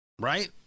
right